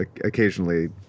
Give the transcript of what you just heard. occasionally